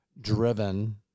driven –